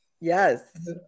Yes